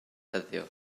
heddiw